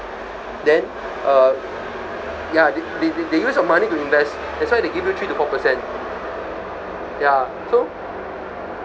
then uh ya th~ th~ they use your money to invest that's why they give you three to four percent ya so